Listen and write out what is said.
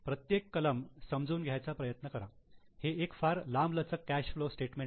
प्रत्येक कलम समजून घ्यायचा प्रयत्न करा हे एक फार लांबलचक कॅश फ्लो स्टेटमेंट आहे